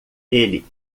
ele